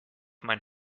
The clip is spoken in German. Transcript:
mein